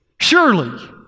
surely